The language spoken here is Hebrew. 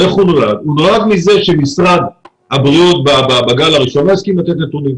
הוא נולד מזה שמשרד הבריאות בגל הראשון לא הסכים לתת נתונים.